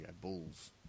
Bulls